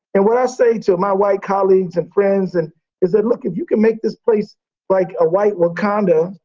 and what i say to my white colleagues and friends and is that, like, if you can make this place like a white wakanda,